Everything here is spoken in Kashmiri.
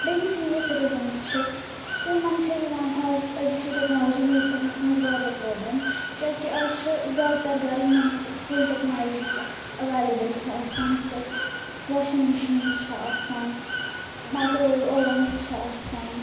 بیٚیہِ یِم سیٖنیَر سِٹیٖزَنٕز چھِ تِمن چھِ یوان آز أزِچ یہِ ٹیٚکنالجی یوٗز کرنَس مَنٛز واریاہ پرٛابلم کیٛازکہِ آز چھِ زیادٕ تر گھرٕ یمن مَنٛز فُل ٹیٚکنالجی ٲں ایٚولیبٕل چھِ آسان یِتھ کٲٹھۍ واشِنٛگ مشیٖنٕز چھِ آسان مایکرٛو ویو اُووٕنٕز چھِ آسان